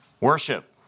Worship